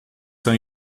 são